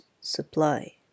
supply